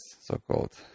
so-called